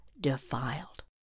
defiled